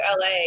LA